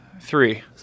three